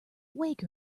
wake